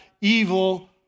evil